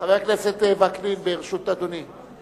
חבר הכנסת וקנין, ברשות אדוני.